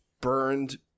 burned